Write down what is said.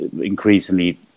increasingly